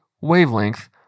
wavelength